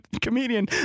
comedian